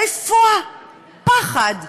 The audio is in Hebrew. איפה הפחד?